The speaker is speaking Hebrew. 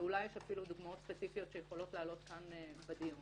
ואולי יש אפילו דוגמאות ספציפיות שיכולות לעלות כאן בדיון,